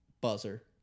Buzzer